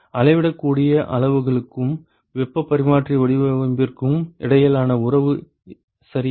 அளவிடக்கூடிய அளவுகளுக்கும் வெப்பப் பரிமாற்றி வடிவமைப்பிற்கும் இடையிலான உறவு சரியா